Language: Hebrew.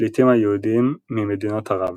הפליטים היהודים ממדינות ערב